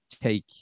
take